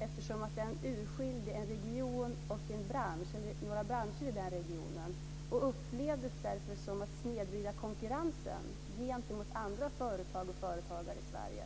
eftersom den urskiljde en region och några branscher i den regionen. Det upplevdes därför som att snedvrida konkurrensen gentemot andra företag och företagare i Sverige.